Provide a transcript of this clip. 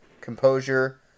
composure